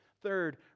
Third